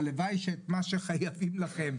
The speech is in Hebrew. הלוואי ואת מה שחייבים לכם,